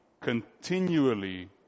continually